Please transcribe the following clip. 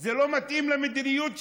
זה לא מתאים למדיניות שלכם,